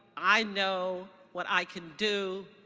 i know what i can do.